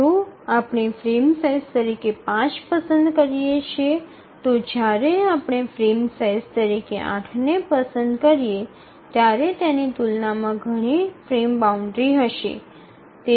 જો આપણે frame size તરીકે ૫ પસંદ કરીએ છીએ તો જ્યારે આપણે ફ્રેમ સાઇઝ તરીકે ૮ ને પસંદ કરીએ ત્યારે તેની તુલનામાં ઘણી ફ્રેમ બાઉન્ડ્રી હશે